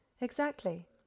Exactly